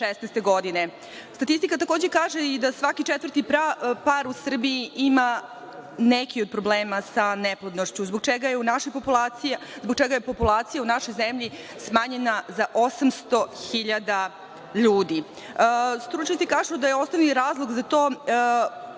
2016. godine. Statistika takođe kaže i da svaki četvrti par u Srbiji ima neki od problema sa neplodnošću, zbog čega je populacija u našoj zemlji smanjena za 800.000 ljudi. Stručnjaci kažu da je osnovni razlog za to,